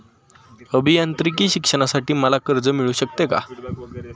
अभियांत्रिकी शिक्षणासाठी मला कर्ज मिळू शकते का?